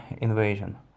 invasion